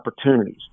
opportunities